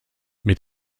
mit